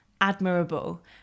admirable